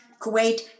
Kuwait